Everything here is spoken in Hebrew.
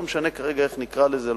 לא משנה כרגע איך נקרא לזה,